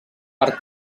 per